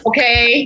Okay